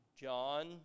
John